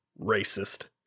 racist